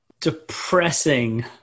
depressing